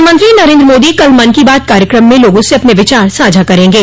प्रधानमंत्री नरेन्द्र मोदी कल मन की बात कार्यक्रम में लोगों से अपने विचार साझा करेंगे